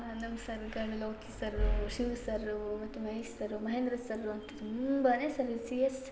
ನಮ್ಮ ಸರ್ಗಳು Loki sir Shiv sir ಮತ್ತು ಮಹೇಶ್ ಸರ್ರು ಮಹೇಂದ್ರ ಸರ್ರು ಅಂತ ತುಂಬಾ ಸಿ ಎಸ್